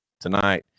tonight